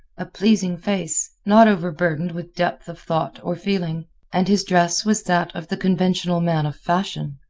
a pleasing face, not overburdened with depth of thought or feeling and his dress was that of the conventional man of fashion.